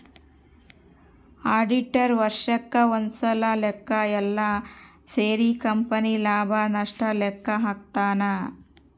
auditor ವರ್ಷಕ್ ಒಂದ್ಸಲ ಲೆಕ್ಕ ಯೆಲ್ಲ ಸೇರಿ ಕಂಪನಿ ಲಾಭ ನಷ್ಟ ಲೆಕ್ಕ ಹಾಕ್ತಾನ